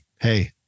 Hey